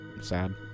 sad